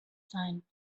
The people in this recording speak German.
sein